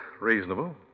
reasonable